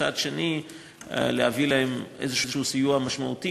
ומצד שני להביא להם איזשהו סיוע משמעותי